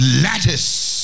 lattice